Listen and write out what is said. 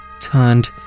turned